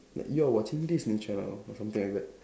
like you are watching Disney channel or something like that